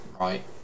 right